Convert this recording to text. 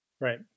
Right